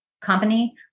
company